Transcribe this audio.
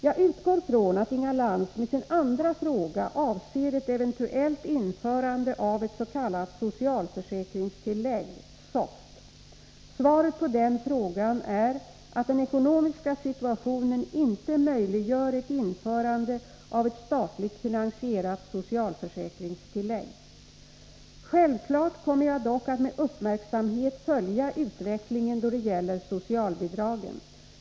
Jag utgår från att Inga Lantz med sin andra fråga avser ett eventuellt införande av ett s.k. socialförsäkringstillägg, SOFT. Svaret på den frågan är att den ekonomiska situationen inte möjliggör ett införande av ett statligt finansierat socialförsäkringstillägg. Självklart kommer jag dock att med uppmärksamhet följa utvecklingen då det gäller socialbidragen.